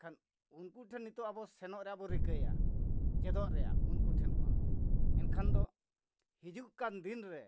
ᱮᱱᱠᱷᱟᱱ ᱩᱱᱠᱩ ᱴᱷᱮᱱ ᱱᱤᱛᱚᱜ ᱟᱵᱚ ᱥᱮᱱᱚᱜ ᱨᱮᱭᱟᱜ ᱵᱚ ᱨᱤᱠᱟᱹᱭᱟ ᱪᱮᱫᱚᱜ ᱨᱮᱭᱟᱜ ᱩᱱᱠᱩ ᱴᱷᱮᱱ ᱠᱷᱚᱱ ᱮᱱᱠᱷᱟᱱ ᱫᱚ ᱦᱤᱡᱩᱜ ᱠᱟᱱ ᱫᱤᱱ ᱨᱮ